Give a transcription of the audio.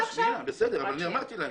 שנייה, בסדר, אבל אמרתי להם.